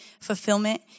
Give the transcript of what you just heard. fulfillment